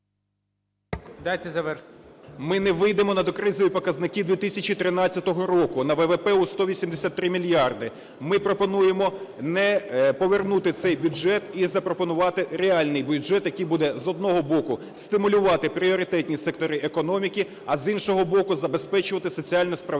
Ми не вийдемо на докризові показники 2013 року, на ВВП у 183 мільярди. Ми пропонуємо повернути цей бюджет і запропонувати реальний бюджет, який буде, з одного боку, стимулювати пріоритетні сектори економіки, а, з іншого боку, забезпечувати соціальну справедливість